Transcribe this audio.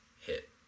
hit